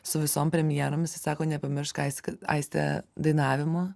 su visom premjerom jisai įsako nepamiršk aiste dainavimo